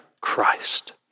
Christ